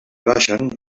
baixen